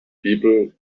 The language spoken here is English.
people